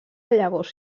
llavors